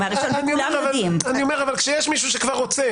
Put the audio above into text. אבל כשיש מישהו שרוצה